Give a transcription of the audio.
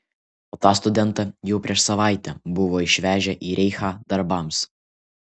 o tą studentą jau prieš savaitę buvo išvežę į reichą darbams